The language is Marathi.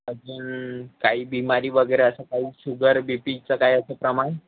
अजून काही बीमारी वगैरे असं काही शुगर बी पीचं काही असं प्रमाण